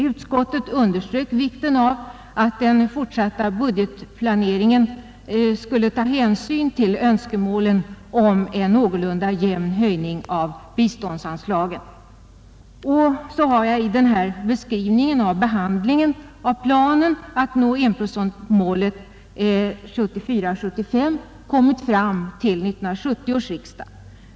Utskottet underströk vikten av att den fortsatta budgetplaneringen skulle ta hänsyn till önskemålen om en någorlunda jämn höjning av biståndsanslagen. Så har jag i denna beskrivning av behandlingen av planen att nå målet år 1974/75 kommit fram till 1970 års riksdag.